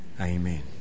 Amen